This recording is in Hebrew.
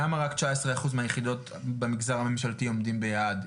למה רק תשע עשרה אחוז מהיחידות במגזר הממשלתי עומדות ביעד.